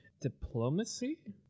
Diplomacy